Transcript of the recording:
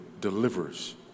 delivers